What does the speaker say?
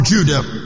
Judah